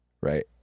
right